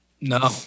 No